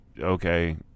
okay